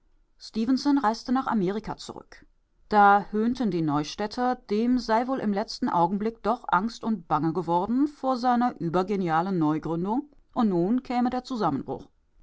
reiste nach amerika zurück da höhnten die neustädter dem sei wohl im letzten augenblick doch angst und bange geworden vor seiner übergenialen neugründung und nun käme der zusammenbruch